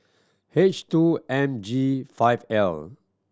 H two M G five L